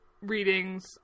readings